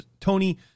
Tony